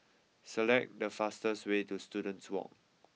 select the fastest way to Students Walk